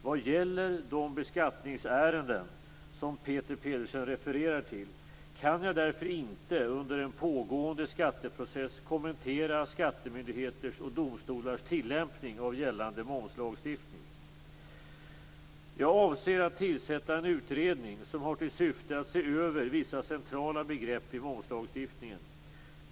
Vad gäller de beskattningsärenden som Peter Pedersen refererar till kan jag därför inte under en pågående skatteprocess kommentera skattemyndigheters och domstolars tillämpning av gällande momslagstiftning. Jag avser att tillsätta en utredning som har till syfte att se över vissa centrala begrepp i momslagstiftningen.